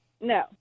No